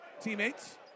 teammates